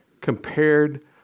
compared